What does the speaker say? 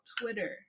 Twitter